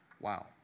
Wow